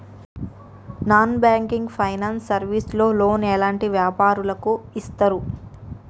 Non banking finance service లో loan ఎలాంటి వ్యాపారులకు ఇస్తరు?